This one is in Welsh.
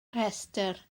rhestr